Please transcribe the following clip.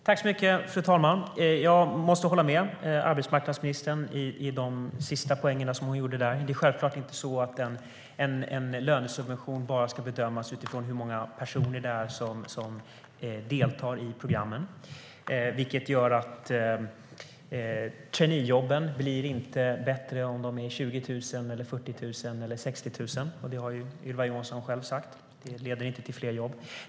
Fru talman! Jag måste instämma med arbetsmarknadsministern i hennes sista poänger. Det är självklart inte så att en lönesubvention bara ska bedömas utifrån hur många personer det är som deltar i programmen, vilket gör att traineejobben inte blir bättre om de är 20 000, 40 000 eller 60 000. Ylva Johansson har själv sagt att det inte leder till fler jobb.